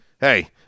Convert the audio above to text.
hey